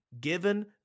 Given